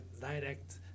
direct